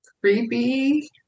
creepy